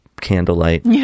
candlelight